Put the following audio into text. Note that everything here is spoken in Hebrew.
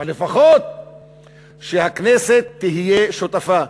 אבל לפחות שהכנסת תהיה שותפה.